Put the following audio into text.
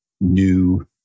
new